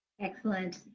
Excellent